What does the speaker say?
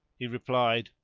he replied,